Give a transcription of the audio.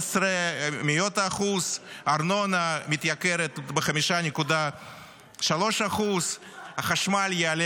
ב-0.15%; הארנונה מתייקרת ב-5.3%; החשמל יעלה